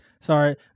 sorry